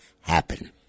happen